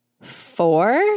four